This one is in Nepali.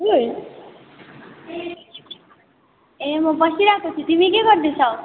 हजुर ए म बसिरहेको छु तिमी के गर्दैछौ